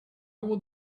would